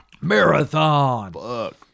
Marathon